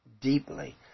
deeply